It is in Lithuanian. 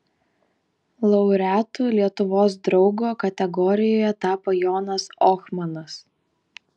laureatu lietuvos draugo kategorijoje tapo jonas ohmanas